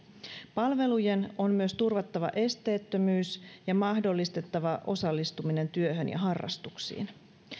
palvelujen on myös turvattava esteettömyys ja mahdollistettava osallistuminen työhön ja harrastuksiin